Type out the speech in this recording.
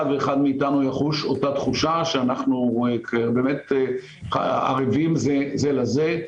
ואחד מאיתנו יחוש אותה תחושה שאנחנו באמת ערבים זה לזה.